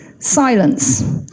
silence